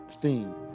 theme